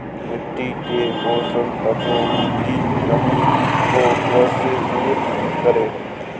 मिट्टी के पोषक तत्वों की कमी को कैसे दूर करें?